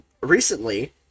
recently